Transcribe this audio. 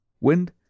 Wind